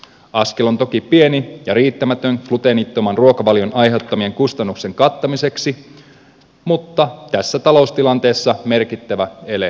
askel on toki pieni ja riittämätön gluteenittoman ruokavalion aiheuttamien kustannusten kattamiseksi mutta tässä taloustilanteessa merkittävä ele hallitukselta